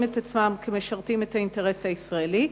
את עצמם כמשרתים את האינטרס הישראלי.